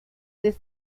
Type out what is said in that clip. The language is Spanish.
des